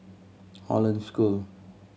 Hollandse School